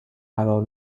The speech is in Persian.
قرار